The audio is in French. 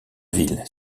ville